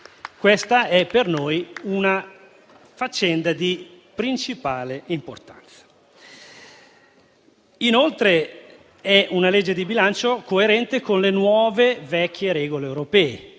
questa è per noi una faccenda di principale importanza. Inoltre, è una legge di bilancio coerente con le nuove, vecchie regole europee.